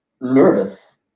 nervous